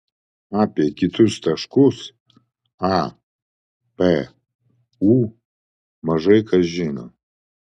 apie kitus taškus a p u mažai kas žino